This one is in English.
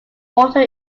water